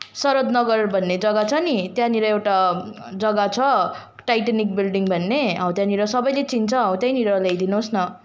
शरदनगर भन्ने जग्गा छ नि त्यहाँ चाहिँ एउटा जग्गा छ टाइटनिक बिल्डिङ भन्ने हो त्यहाँनिर सबैले चिन्छ हो त्यहीँनिर ल्याइदिनुहोस् न